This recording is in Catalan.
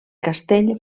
castell